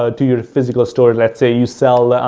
ah to your physical store. let's say you sell,